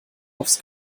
aufs